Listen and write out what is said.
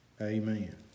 Amen